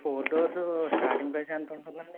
four doors starting price ఎంత ఉంటుంది అండి